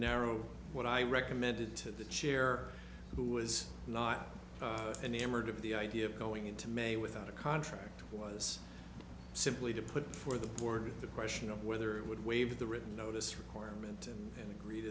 narrow what i recommended to the chair who was not enamored of the idea of going into may without a contract was simply to put before the board the question of whether it would waive the written notice requirement and read the